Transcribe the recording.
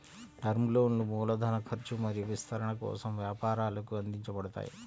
term లోన్లు మూలధన ఖర్చు మరియు విస్తరణ కోసం వ్యాపారాలకు అందించబడతాయి